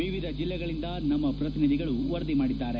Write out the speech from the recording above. ವಿವಿಧ ಜಲ್ಲೆಗಳಿಂದ ನಮ್ಮ ಪ್ರತಿನಿಧಿಗಳು ವರದಿ ಮಾಡಿದ್ದಾರೆ